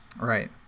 Right